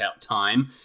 time